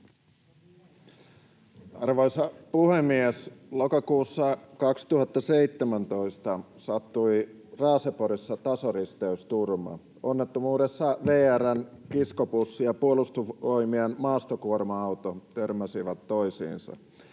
Arvoisa puhemies! Lokakuussa 2017 sattui Raaseporissa tasoristeysturma. Onnettomuudessa VR:n kiskobussi ja Puolustusvoimien maastokuorma-auto törmäsivät toisiinsa.